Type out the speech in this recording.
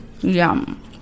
Yum